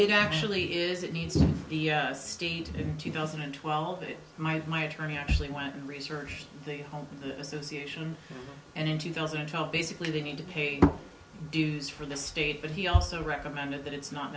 it actually is it needs the state in two thousand and twelve it might my attorney actually went and research the home this is the option and in two thousand and twelve basically they need to pay dues for the state but he also recommended that it's not